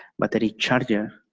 but the recharger,